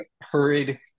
hurried